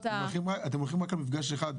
אתם הולכים רק על מפגש אחד,